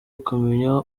ukamenya